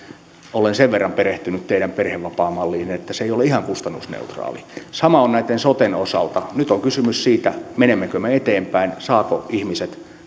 olen sen verran perehtynyt teidän perhevapaamalliinne että se ei ole ihan kustannusneutraali sama on tämän soten osalta nyt on kysymys siitä menemmekö me eteenpäin saavatko ihmiset